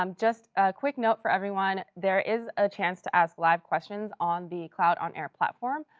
um just a quick note for everyone, there is a chance to ask live questions on the cloud onair platform.